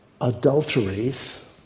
adulteries